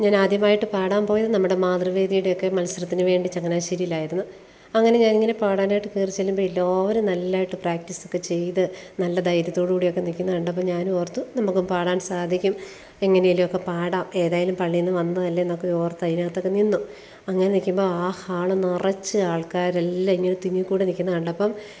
ഞാൻ ആദ്യമായിട്ട് പാടാൻ പോയത് നമ്മുടെ മാതൃവേദിയുടെയൊക്കെ മത്സരത്തിന് വേണ്ടി ചങ്ങനാശ്ശേരിയിലായിരുന്നു അങ്ങനെ ഞാൻ ഇങ്ങനെ പാടാനായിട്ട് കയറി ചെല്ലുമ്പം എല്ലാവരും നല്ലതായിട്ട് പ്രാക്ടീസൊക്കെ ചെയ്ത് നല്ല ധൈര്യത്തോടു കൂടിയൊക്കെ നിൽക്കുന്നത് കണ്ടപ്പം ഞാനും ഓർത്തു നമുക്ക് പാടാൻ സാധിക്കും എങ്ങനെയെങ്കിലുമൊക്കെ പാടാം ഏതായാലും പള്ളിയിൽ നിന്ന് വന്നതല്ലെ എന്നൊക്കെ ഓർത്ത് അതിനകത്തൊക്കെ നിന്നു അങ്ങനെ ഇരിക്കുമ്പം ആ ഹാള് നിറച്ച് ആൾക്കാരെല്ലാം ഇങ്ങനെ തിങ്ങിക്കൂടി നിൽക്കുന്നത് കണ്ടപ്പം